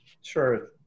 Sure